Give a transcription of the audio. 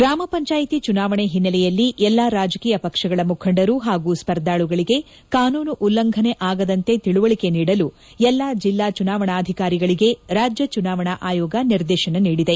ಗ್ರಾಮ ಪಂಚಾಯಿತಿ ಚುನಾವಣೆ ಹಿನ್ನೆಲೆಯಲ್ಲಿ ಎಲ್ಲಾ ರಾಜಕೀಯ ಪಕ್ಷಗಳ ಮುಖಂಡರು ಹಾಗೂ ಸ್ಪರ್ಧಾಳುಗಳಿಗೆ ಕಾನೂನು ಉಲ್ಲಂಘನೆ ಆಗದಂತೆ ತಿಳವಳಿಕೆ ನೀಡಲು ಎಲ್ಲಾ ಜಿಲ್ಲಾ ಚುನಾವಣಾಧಿಕಾರಿಗಳಿಗೆ ರಾಜ್ಯ ಚುನಾವಣಾ ಆಯೋಗ ನಿರ್ದೇಶನ ನೀಡಿದೆ